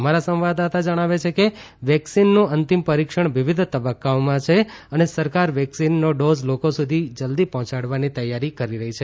અમારા સંવાદદાતા જણાવે છે કે વેક્સીનનું અંતિમ પરિક્ષણ વિવિધ તબક્કાઓમાં છે અને સરકાર વેક્સીનનો ડોઝ લોકો સુધી જલ્દી પર્હોચાડવાની તૈયારી કરી રહી છે